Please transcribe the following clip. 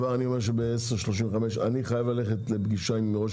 אני כבר אומר שבשעה 10:35 אני חייב ללכת לפגישה עם ראש